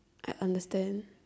I understand